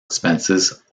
expenses